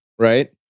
Right